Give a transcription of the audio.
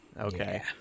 Okay